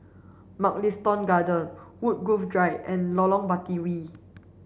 Mugliston Garden Woodgrove Drive and Lorong Batawi